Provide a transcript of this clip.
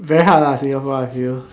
very hard lah Singapore I feel